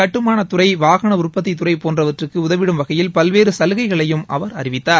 கட்டுமானத் துறை வாகன உற்பத்தித் துறை போன்றவற்றுக்கு உதவிடும் வகையில் பல்வேறு சலுகைகளையும் அவர் அறிவித்தார்